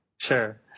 Sure